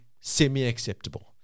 Semi-acceptable